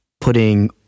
putting